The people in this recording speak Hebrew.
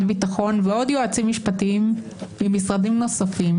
הביטחון ועוד יועצים משפטיים ממשרדים נוספים.